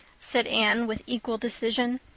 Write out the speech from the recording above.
said anne with equal decision.